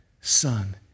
son